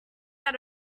that